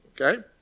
Okay